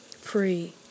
free